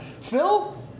Phil